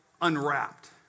unwrapped